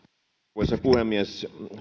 arvoisa puhemies